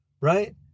Right